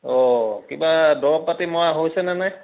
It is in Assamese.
অঁ কিবা দৰৱ পাতি মৰা হৈছেনে নাই